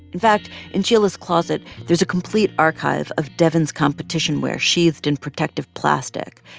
in fact, in sheila's closet, there's a complete archive of devyn's competition wear sheathed in protective plastic,